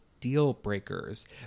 deal-breakers